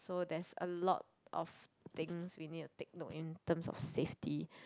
so there's a lot of things we need to take note in terms of safety